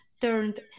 turned